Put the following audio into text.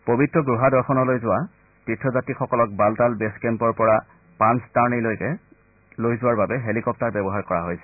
পবিত্ৰ গুহা দৰ্শনলৈ যোৱা তীৰ্থযাত্ৰীসকলক বালতাল বেছ কেম্পৰ পৰা পাঞ্জটাৰ্নিলৈকে লৈ যোৱাৰ বাবে হেলিকপ্টাৰ ব্যৱহাৰ কৰা হৈছে